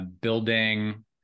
building